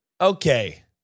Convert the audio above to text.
Okay